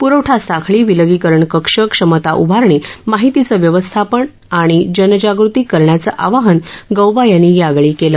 प्रवठा साखळी विलगीकरण कक्ष क्षमता उभारणी माहितीचं व्यवस्थापन आणि जनजागृती करण्याचं आवाहन गौबा यांनी केलं